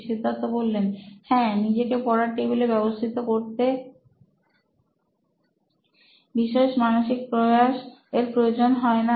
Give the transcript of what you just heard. সিদ্ধার্থ হ্যাঁ নিজেকে পড়ার টেবিলে ব্যবস্থিত করতে কপন বিশেষ মানসিক প্রয়াস এর প্রয়োজন হয়না